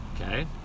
okay